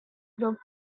groups